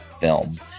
film